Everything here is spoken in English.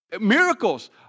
Miracles